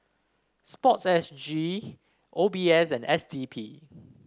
sports S G O B S and S D P